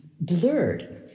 blurred